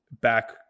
back